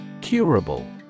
Curable